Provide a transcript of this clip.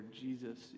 Jesus